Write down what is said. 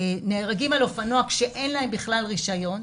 נהרגים על אופנוע, כשאין להם בכלל רישיון.